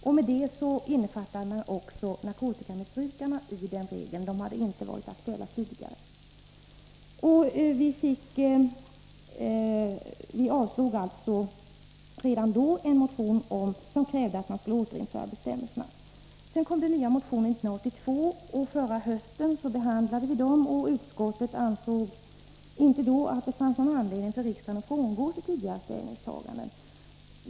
Man innefattade i detta också narkotikamissbrukare, som inte hade varit med tidigare. Utskottet avstyrkte alltså redan då en motion där det krävdes ett återinförande av dessa bestämmelser. Det kom nya motioner 1982, och förra hösten behandlade utskottet dem. Utskottet ansåg då inte att det fanns någon anledning för riksdagen att frångå sitt tidigare ställningstagande.